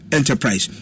Enterprise